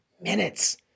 minutes